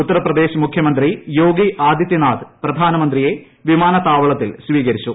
ഉത്തർപ്രദേശ് മുഖ്യമന്ത്രി യോഗി ആദിത്യനാഥ് പ്രധാനമന്ത്രിയെ വിമാനത്താവളത്തിൽ സ്വീകരിച്ചു